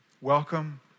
Welcome